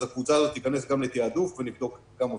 אז הקבוצה הזאת תיכנס גם לתיעדוף ונבדוק גם אותה.